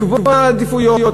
לקבוע עדיפויות,